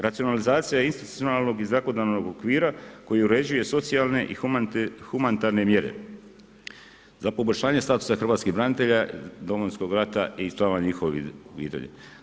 Racionalizacija institucionalnog i zakonodavnog okvira koji uređuje socijalne i humanitarne mjere za poboljšanje statusa hrvatskih branitelja Domovinskog rata i članova njihovih obitelji.